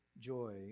joy